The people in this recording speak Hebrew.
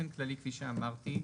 כמו שאמרתי,